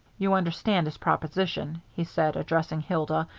you understand his proposition, he said, addressing hilda,